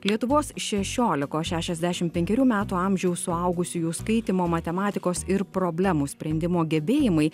lietuvos šešiolikos šešiasdešim penkerių metų amžiaus suaugusiųjų skaitymo matematikos ir problemų sprendimo gebėjimai